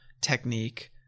technique